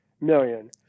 million